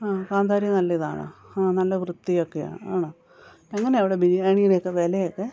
ആ കാന്താരി നല്ലതാണോ ആ നല്ല വൃത്തിയൊക്കെ ആണോ എങ്ങനാണ് അവിടെ ബിരിയാണീടെ ഒക്കെ വിലയൊക്കെ